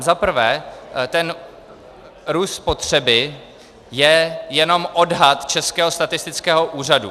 Za prvé, růst spotřeby je jenom odhad Českého statistického úřadu.